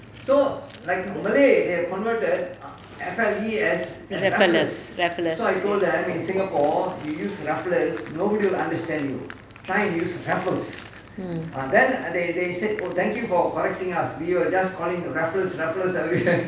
rafflers mm